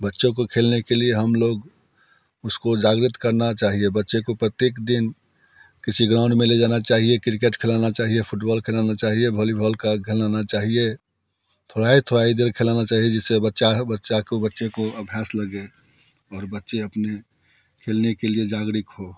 बच्चों को खेलने के लिए हम लोग उसको जागृत करना चाहिए बच्चे को प्रत्येक दिन किसी ग्राउंड में ले जाना चाहिए क्रिकेट खेलाना चाहिए फुटबॉल खिलाना चाहिए भॉलीभॉल का खिलाना चाहिए थोड़ा ही थोड़ा देर खिलाना चाहिए जिससे बच्चा है बच्चा को बच्चे को अभ्यास लगे और बच्चे अपने खेलने के लिए जागृत हो